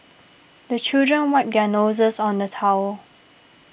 the children wipe their noses on the towel